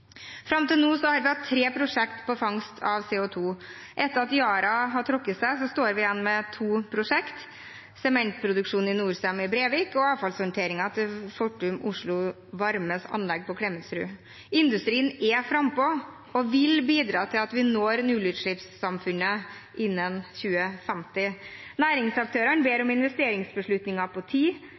Fram til nå har vi hatt tre prosjekter på fangst av CO2. Etter at Yara har trukket seg, står vi igjen med to prosjekter: sementproduksjonen i Norcem i Brevik og avfallshåndteringen til Fortum Oslo Varmes anlegg på Klemetsrud. Industrien er frampå og vil bidra til at vi når nullutslippssamfunnet innen 2050. Næringsaktørene ber om investeringsbeslutninger på tid.